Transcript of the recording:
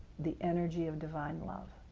the energy of divine love.